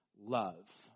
love